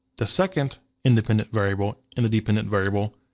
the second independent variable and the dependent variable,